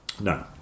No